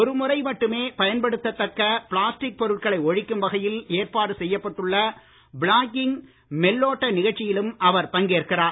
ஒருமுறை மட்டுமே பயன்படுத்த தக்க பிளாஸ்டிக் பொருட்களை ஒழிக்கும் வகையில் ஏற்பாடு செய்யப்பட்டுள்ள பிளாக்கிங் மெல்லோட்ட நிகழ்ச்சியிலும் அவர் பங்கேற்கிறார்